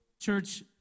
church